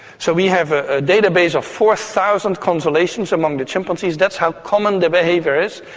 so we have a database of four thousand consolations among the chimpanzees, that's how common the behaviour is.